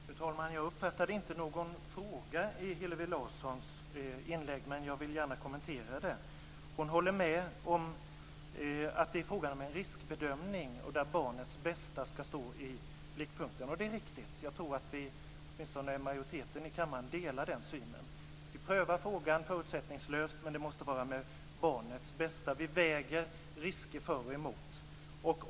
Fru talman! Jag uppfattade inte någon fråga i Hillevi Larssons inlägg, men jag vill gärna kommentera det. Hon håller med om att det är frågan om en riskbedömning där barnets bästa ska stå i blickpunkten. Det är riktigt. Jag tror att åtminstone majoriteten i kammaren delar den synen. Vi prövar frågan förutsättningslöst, men det måste vara med barnets bästa för ögonen. Vi väger risker för och emot.